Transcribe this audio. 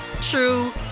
true